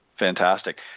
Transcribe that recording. Fantastic